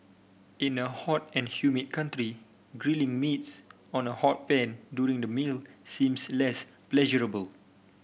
in a hot and humid country grilling meats on a hot pan during the meal seems less pleasurable